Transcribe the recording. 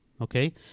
okay